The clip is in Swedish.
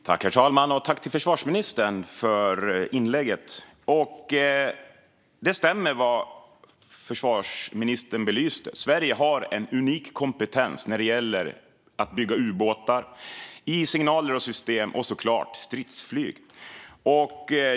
Herr talman! Jag tackar försvarsministern för inlägget. Det han belyste stämmer. Sverige har en unik kompetens när det gäller att bygga ubåtar, signaler, system och stridsflyg.